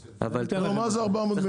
נו, מה זה 400 מיליון?